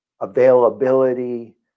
availability